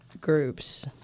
groups